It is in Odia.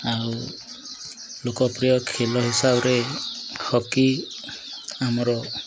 ଆଉ ଲୋକପ୍ରିୟ ଖେଲ ହିସାବରେ ହକି ଆମର